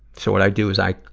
so what i do is i,